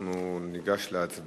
אנחנו ניגש להצבעה,